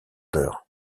d’heure